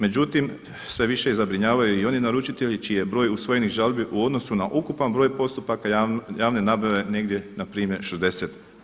Međutim, sve više zabrinjavaju i oni naručitelji čiji je broj usvojenih žalbi u odnosu na ukupan broj postupaka javne nabave negdje npr. 60%